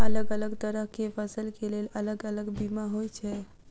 अलग अलग तरह केँ फसल केँ लेल अलग अलग बीमा होइ छै?